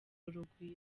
urugwiro